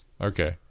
Okay